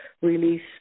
release